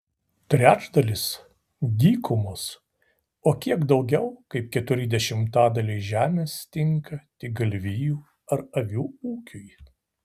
trečdalis dykumos o kiek daugiau kaip keturi dešimtadaliai žemės tinka tik galvijų ar avių ūkiui